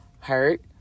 hurt